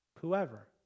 Whoever